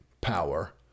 power